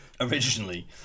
Originally